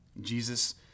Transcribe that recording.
Jesus